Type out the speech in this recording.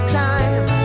time